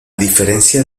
diferencia